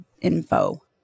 info